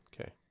Okay